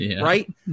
Right